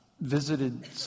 visited